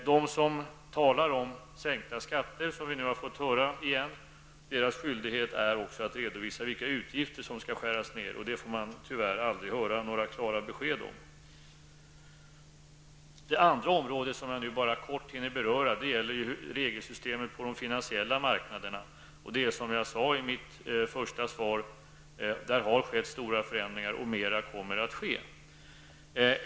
De som talar om sänkta skatter har också en skyldighet att redovisa vilka utgifter som skall skäras ned. Det får man tyvärr aldrig höra några klara besked om. Det andra området, som jag bara kort hinner beröra, är regelsystemet på de finansiella marknaderna. Som jag sade i mitt svar har det skett stora förändringar, och mera kommer att ske.